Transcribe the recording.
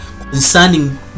concerning